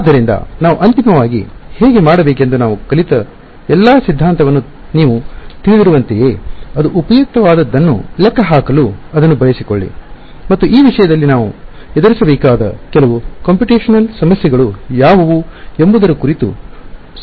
ಆದ್ದರಿಂದ ನಾವು ಕಲಿತ ಎಲ್ಲಾ ಸಿದ್ಧಾಂತವನ್ನು ಉಪಯುಕ್ತವಾದದ್ದನ್ನು ಲೆಕ್ಕಹಾಕಲು ಅದನ್ನು ಹೇಗೆ ಬಳಸಿ ಕೊಳ್ಳುತ್ತೇವೆ ಎಂಬುದನ್ನು ನೊಡೋಣ ಮತ್ತು ಈ ವಿಷಯದಲ್ಲಿ ನೀವು ಎದುರಿಸಬೇಕಾದ ಕೆಲವು ಕಂಪ್ಯೂಟೇಶನಲ್ ಸಮಸ್ಯೆಗಳು ಯಾವುವು ಎಂಬುದನ್ನು ತಿಳಿಯೋಣ